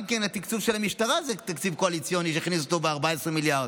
גם התקצוב של המשטרה זה תקציב קואליציוני שהכניסו אותו ב-14 מיליארד,